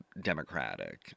democratic